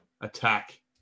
attack